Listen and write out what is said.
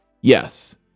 yes